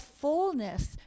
fullness